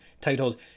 titled